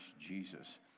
Jesus